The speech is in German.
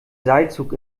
seilzug